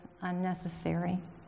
unnecessary